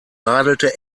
radelte